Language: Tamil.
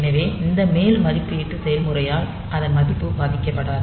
எனவே இந்த மேல்மதிப்பீட்டு செயல்முறையால் அதன் மதிப்பு பாதிக்கப்படாது